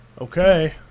Okay